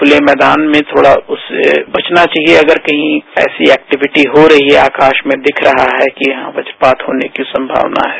खुले मैदान में थोड़ा उससे बचना चाहिए कोई वैसी एक्टीविटीहो रही है आकाश में दिख रहा है कि वज्रपात होने की संभावना है